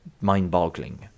mind-boggling